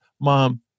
mom